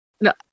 No